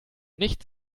nicht